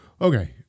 Okay